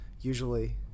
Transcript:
usually